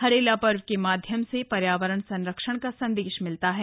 हरेला पर्व के माध्यम से पर्यावरण संरक्षण का संदेश मिलता है